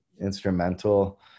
instrumental